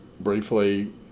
Briefly